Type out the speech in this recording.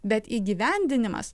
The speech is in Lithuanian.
bet įgyvendinimas